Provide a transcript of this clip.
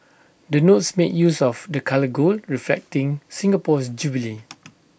the notes make use of the colour gold reflecting Singapore's jubilee